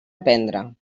aprendre